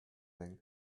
vingt